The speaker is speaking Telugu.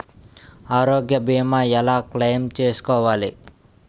ఆరోగ్య భీమా ఎలా క్లైమ్ చేసుకోవాలి?